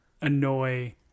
annoy